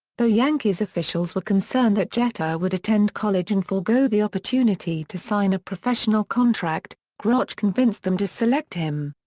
though yankees officials were concerned that jeter would attend college and forgo the opportunity to sign a professional contract, groch convinced them to select him.